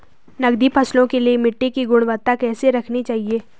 नकदी फसलों के लिए मिट्टी की गुणवत्ता कैसी रखनी चाहिए?